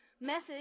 message